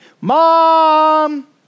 mom